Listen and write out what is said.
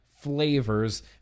flavors